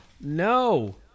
No